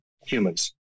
humans